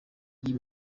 iyo